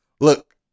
Look